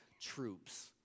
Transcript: troops